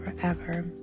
forever